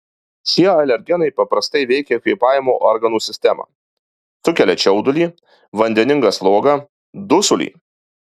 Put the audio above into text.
šie alergenai paprastai veikia kvėpavimo organų sistemą sukelia čiaudulį vandeningą slogą dusulį